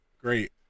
Great